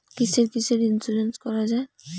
কিসের কিসের ইন্সুরেন্স করা যায়?